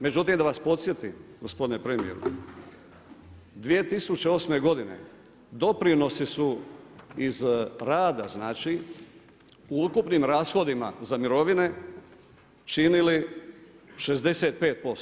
Međutim, da vas podsjetim gospodine premjeru, 2008. godine, doprinosi su iz rada u ukupnim rashodima za mirovine činili 65%